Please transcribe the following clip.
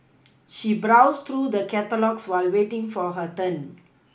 she browsed through the catalogues while waiting for her turn